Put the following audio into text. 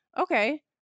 Okay